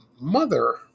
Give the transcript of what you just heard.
mother